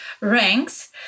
ranks